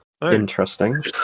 Interesting